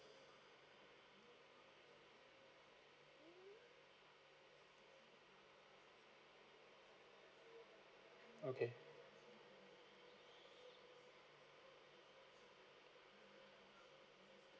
okay